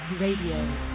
Radio